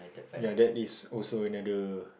ya that is also another